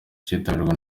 cyitabirwa